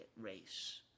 race